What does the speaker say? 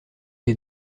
est